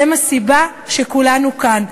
הן הסיבה שכולנו כאן,